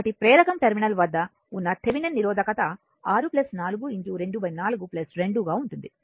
కాబట్టి ప్రేరకం టెర్మినల్ వద్ద ఉన్న థెవెనిన్ నిరోధకత 64 24 2 గా ఉంటుంది